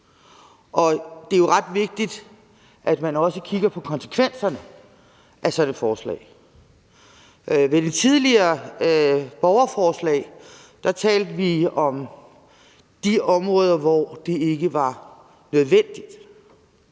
Det er jo ret vigtigt, at man også kigger på konsekvenserne af sådan et forslag. Ved det tidligere borgerforslag talte vi om de områder, hvor det ikke var nødvendigt.